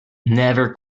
never